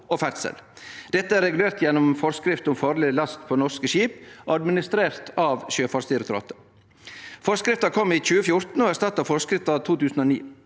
og ferdsel. Dette er regulert gjennom forskrift om farleg last på norske skip, administrert av Sjøfartsdirektoratet. Forskrifta kom i 2014 og erstatta forskrifta av 2009.